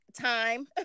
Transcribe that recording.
time